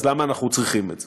אז למה אנחנו צריכים את זה?